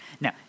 Now